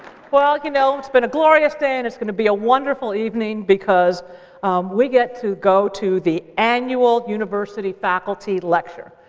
you know it's been a glorious day. and it's going to be a wonderful evening because we get to go to the annual university faculty lecture.